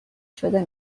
شده